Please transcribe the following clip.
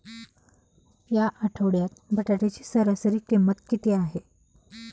या आठवड्यात बटाट्याची सरासरी किंमत किती आहे?